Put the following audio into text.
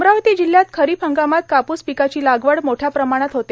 अमरावती जिल्ह्यात खरीप हंगामात कापूस पिकाची लागवड मोठ्या प्रमाणात होते